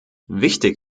wichtig